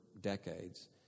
decades